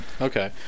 Okay